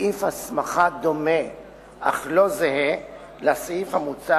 סעיף הסמכה דומה אך לא זהה לסעיף המוצע